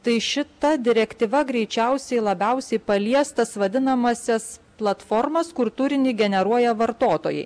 tai šita direktyva greičiausiai labiausiai palies tas vadinamąsias platformas kur turinį generuoja vartotojai